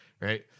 Right